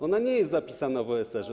Ona nie jest zapisana w OSR.